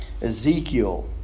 Ezekiel